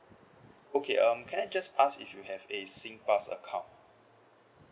okay um can I just ask if you have a singpass account